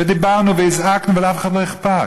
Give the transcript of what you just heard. ודיברנו וזעקנו, ולאף אחד לא אכפת,